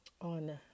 on